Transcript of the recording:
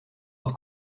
dat